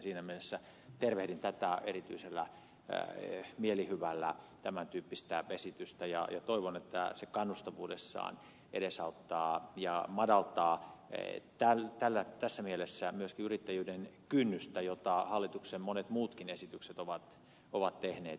siinä mielessä tervehdin erityisellä mielihyvällä tämän tyyppistä esitystä ja toivon että se kannustavuudessaan edesauttaa ja madaltaa tässä mielessä myöskin yrittäjyyden kynnystä jota hallituksen monet muutkin esitykset ovat tehneet